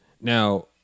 Now